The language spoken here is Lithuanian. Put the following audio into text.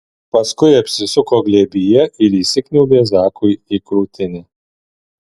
paskui apsisuko glėbyje ir įsikniaubė zakui į krūtinę